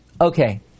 Okay